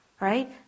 Right